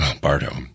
Bardo